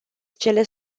cele